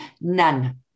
none